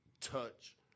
touch